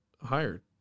hired